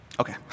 Okay